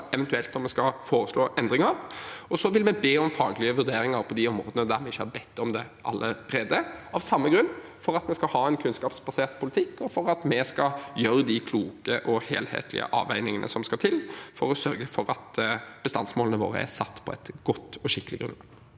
eventuelt skal foreslå endringer. Vi vil be om faglige vurderinger på de områdene der vi ikke har bedt om det allerede – av samme grunn: Vi skal ha en kunnskapsbasert politikk, slik at vi skal gjøre de kloke og helhetlige avveiningene som skal til for å sørge for at bestandsmålene våre er satt på et godt og skikkelig grunnlag.